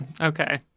Okay